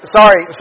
sorry